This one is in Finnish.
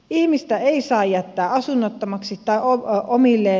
ihmistä ei saa jättää asunnottomaksi tai omilleen